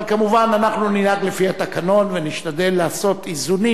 אבל כמובן אנחנו ננהג לפי התקנון ונשתדל לעשות איזונים